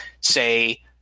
say